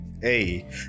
hey